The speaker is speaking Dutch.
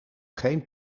geen